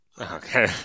Okay